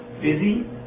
busy